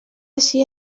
ací